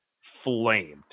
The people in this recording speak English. flamed